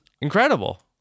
incredible